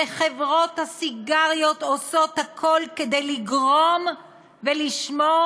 וחברות הסיגריות עושות הכול כדי לגרום ולשמור